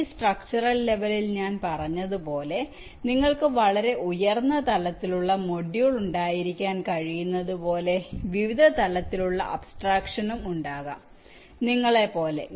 ഈ സ്ട്രക്ച്ചറൽ ലെവലിൽ ഞാൻ പറഞ്ഞതുപോലെ നിങ്ങൾക്ക് വളരെ ഉയർന്ന തലത്തിലുള്ള മൊഡ്യൂൾ ഉണ്ടായിരിക്കാൻ കഴിയുന്നതുപോലെ വിവിധ തലത്തിലുള്ള അബ്സ്ട്രക്ഷനും ഉണ്ടാകാം നിങ്ങളെപ്പോലെ